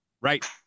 Right